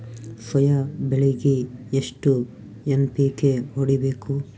Soya ಬೆಳಿಗಿ ಎಷ್ಟು NPK ಹೊಡಿಬೇಕು?